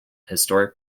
historic